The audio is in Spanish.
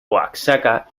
oaxaca